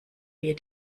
wir